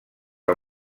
amb